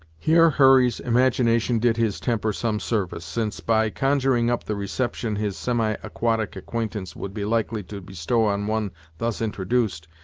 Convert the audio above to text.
here hurry's imagination did his temper some service, since, by conjuring up the reception his semi-aquatic acquaintance would be likely to bestow on one thus introduced,